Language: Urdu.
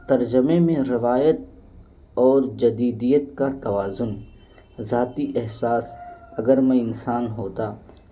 ترجمے میں روایت اور جدیدیت کا توازن ذاتی احساس اگر میں انسان ہوتا